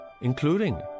including